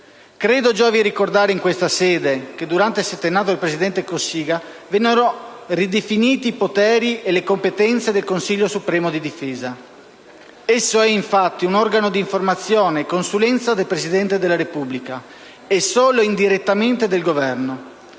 Credo giovi ricordare in questa sede che, durante il settennato del presidente Cossiga, vennero ridefiniti i poteri e le competenze del Consiglio supremo di difesa. Esso è, infatti, un organo di informazione e di consulenza del Presidente della Repubblica e, solo indirettamente, del Governo.